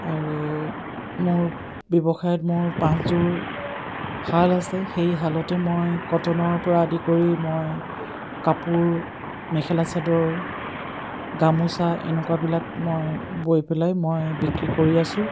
আৰু মোৰ ব্যৱসায়ত মোৰ পাঁচযোৰ শাল আছে সেই শালতে মই কটনৰ পৰা আদি কৰি মই কাপোৰ মেখেলা চাদৰ গামোচা এনেকুৱাবিলাক মই বৈ পেলাই মই বিক্ৰী কৰি আছোঁ